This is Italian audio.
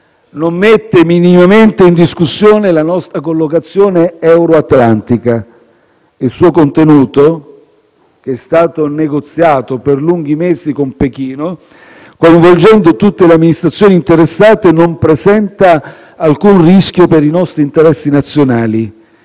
non mette minimamente in discussione la nostra collocazione euroatlantica. Il suo contenuto, che è stato negoziato per lunghi mesi con Pechino, coinvolgendo tutte le amministrazioni interessate, non presenta alcun rischio per i nostri interessi nazionali